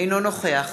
אינו נוכח